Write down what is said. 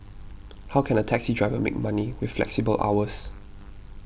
how can a taxi driver make money with flexible hours